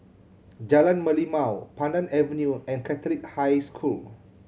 Jalan Merlimau Pandan Avenue and Catholic High School